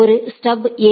ஒரு ஸ்டப் ஏ